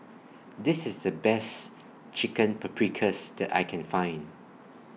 This IS The Best Chicken Paprikas that I Can Find